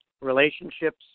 relationships